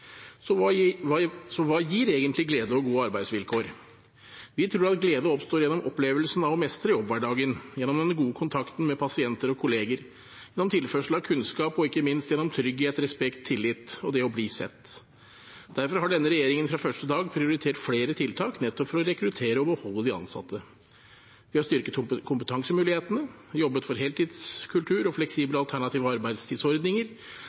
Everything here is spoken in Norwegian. Så hva gir egentlig glede og gode arbeidsvilkår? Vi tror at glede oppstår gjennom opplevelsen av å mestre jobbhverdagen, gjennom den gode kontakten med pasienter og kolleger, gjennom tilførsel av kunnskap og ikke minst gjennom trygghet, respekt og tillit – og det å bli sett. Derfor har denne regjeringen fra første dag prioritert flere tiltak nettopp for å rekruttere og beholde de ansatte: Vi har styrket kompetansemulighetene. Vi har jobbet for heltidskultur og fleksible, alternative arbeidstidsordninger.